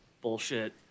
bullshit